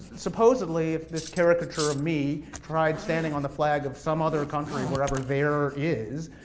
and supposedly, if this caricature of me, tried standing on the flag of some other country, wherever there is,